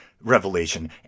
Revelation